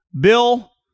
Bill